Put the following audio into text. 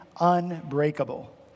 unbreakable